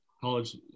college